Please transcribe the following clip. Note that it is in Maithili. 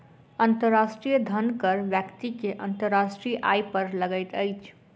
अंतर्राष्ट्रीय धन कर व्यक्ति के अंतर्राष्ट्रीय आय पर लगैत अछि